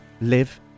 live